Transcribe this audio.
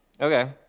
Okay